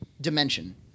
Dimension